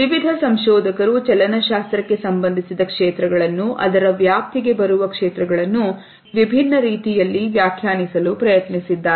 ವಿವಿಧ ಸಂಶೋಧಕರು ಚಲನ ಶಾಸ್ತ್ರಕ್ಕೆ ಸಂಬಂಧಿಸಿದ ಕ್ಷೇತ್ರಗಳನ್ನು ಅದರ ವ್ಯಾಪ್ತಿಗೆ ಬರುವ ಕ್ಷೇತ್ರಗಳನ್ನು ವಿಭಿನ್ನ ರೀತಿಯಲ್ಲಿ ವ್ಯಾಖ್ಯಾನಿಸಲು ಪ್ರಯತ್ನಿಸಿದ್ದಾರೆ